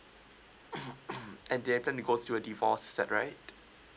(pcc) and they happen to go through a divorce is that right